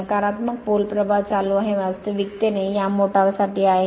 नकारात्मक pole प्रवाह चालू आहे वास्तविकतेने या मोटार साठी आहे